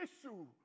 issue